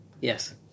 yes